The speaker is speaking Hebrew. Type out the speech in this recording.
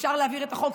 אפשר להעביר את החוק,